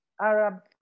Arab